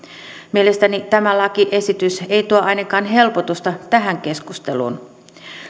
mielestäni tämä lakiesitys ei tuo ainakaan helpotusta tähän keskusteluun